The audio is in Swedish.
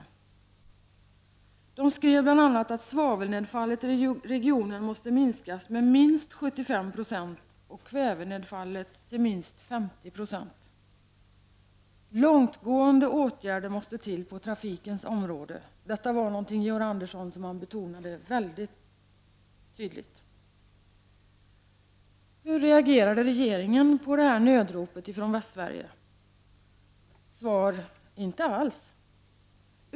Länsstyrelsen skrev bl.a. att svavelnedfallet i regionen måste minskas med minst 75 Zo och kvävenedfallet till minst 50 26. Långtgående åtgärder måste till på trafikens område. Detta var någonting, Georg Andersson, som man betonade väldigt tydligt. Hur reagerade regeringen på det nödropet från Västsverige? Svar: Inte alls.